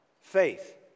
faith